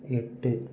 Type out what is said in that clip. எட்டு